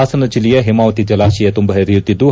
ಹಾಸನ ಜಿಲ್ಲೆಯ ಹೇಮಾವತಿ ಜಲಾಶಯ ತುಂಬಿ ಪರಿಯುತ್ತಿದ್ದು